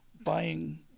buying